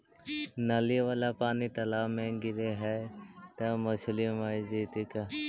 नली वाला पानी तालाव मे गिरे है त मछली मर जितै का?